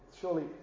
Surely